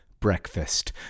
breakfast